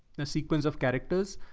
a sequence of characters,